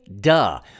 duh